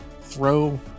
throw